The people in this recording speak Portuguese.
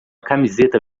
camiseta